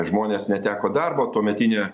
žmonės neteko darbo tuometinė